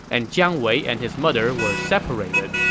and jiang wei and his mother were separated.